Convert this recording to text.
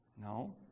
No